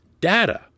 data